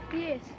Yes